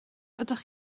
ydych